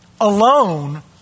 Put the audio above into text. alone